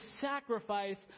sacrifice